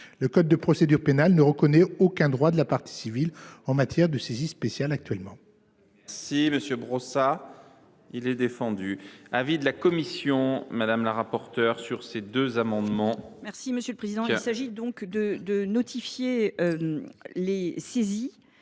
le code de procédure pénale ne reconnaît aucun droit à la partie civile en matière de saisie spéciale. Tel est